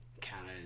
Canada